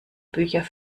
bücher